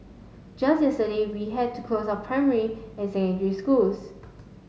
just yesterday we had to close our primary and secondary schools